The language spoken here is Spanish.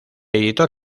editor